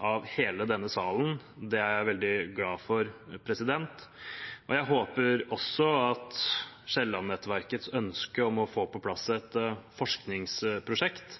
av hele denne salen. Det er jeg veldig glad for, og jeg håper også at Kielland-nettverkets ønske om å få på plass et forskningsprosjekt